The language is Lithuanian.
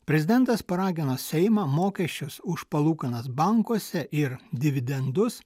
prezidentas paragino seimą mokesčius už palūkanas bankuose ir dividendus